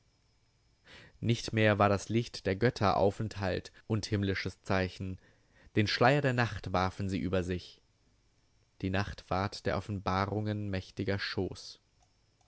nicht mehr war das licht der götter aufenthalt und himmlisches zeichen den schleier der nacht warfen sie über sich die nacht ward der offenbarungen mächtiger schoß